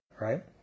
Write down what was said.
right